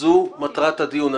שזו מטרת הדיון.